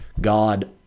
God